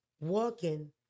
walking